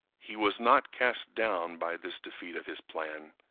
he was not cast down by this defeat of his plan,